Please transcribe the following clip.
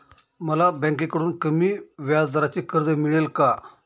मला बँकेकडून कमी व्याजदराचे कर्ज मिळेल का?